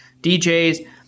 DJs